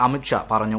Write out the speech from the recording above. അമിത് ഷാ പറഞ്ഞു